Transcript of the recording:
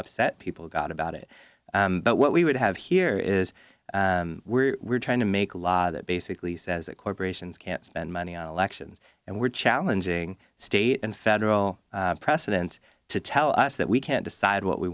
upset people got about it but what we would have here is we're trying to make a law that basically says that corporations can't spend money on elections and we're challenging state and federal precedents to tell us that we can't decide what we